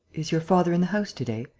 is your father in the house to-day?